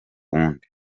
wundi